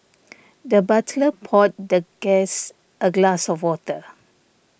the butler poured the guest a glass of water